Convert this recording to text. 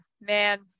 man